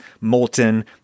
molten